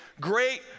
great